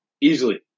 Easily